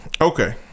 Okay